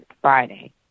Friday